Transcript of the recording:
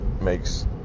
makes